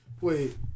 Wait